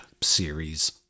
series